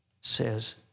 says